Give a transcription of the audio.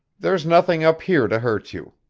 there's nothing up here to hurt you.